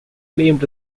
claimed